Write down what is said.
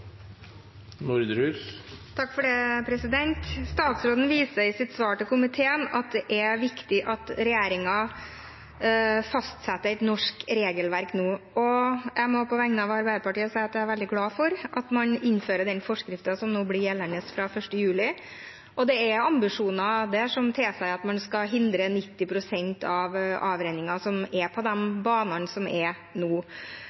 viktig at regjeringen fastsetter et norsk regelverk nå. Jeg må på vegne av Arbeiderpartiet si at jeg er veldig glad for at man innfører den forskriften som nå blir gjeldende fra 1. juli, og det er ambisjoner der som tilsier at man skal hindre 90 pst. av avrenningen som er på banene nå.